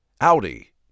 Audi